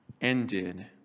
ended